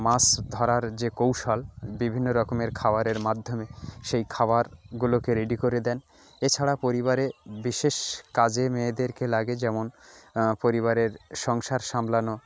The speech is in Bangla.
মাস ধরার যে কৌশল বিভিন্ন রকমের খাবারের মাধ্যমে সেই খাবারগুলোকে রেডি করে দেন এছাড়া পরিবারে বিশেষ কাজে মেয়েদেরকে লাগে যেমন পরিবারের সংসার সামলানো